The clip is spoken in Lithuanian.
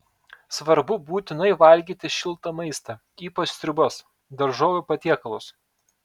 svarbu būtinai valgyti šiltą maistą ypač sriubas daržovių patiekalus